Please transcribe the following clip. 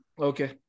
Okay।